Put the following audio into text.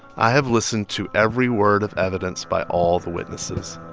i have listened to every word of evidence by all the witnesses.